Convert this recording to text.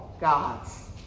God's